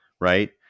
right